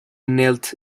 knelt